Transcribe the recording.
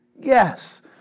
Yes